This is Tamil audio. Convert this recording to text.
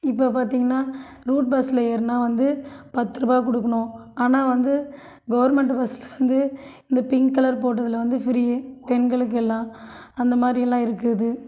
இப்போ பார்த்திங்கன்னா ரூட் பஸ்ஸில் ஏறுனா வந்து பத்துரூபா கொடுக்கணும் ஆனால் வந்து கவர்மண்ட்டு பஸ்ஸில் வந்து இந்த பிங்க் கலர் போட்டதில் வந்து ஃப்ரீ பெண்களுக்கு எல்லாம் அந்த மாரி எல்லாம் இருக்குது